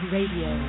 Radio